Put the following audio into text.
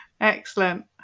excellent